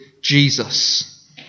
Jesus